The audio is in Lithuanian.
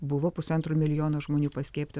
buvo pusantro milijono žmonių paskiepyta